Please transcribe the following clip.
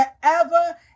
forever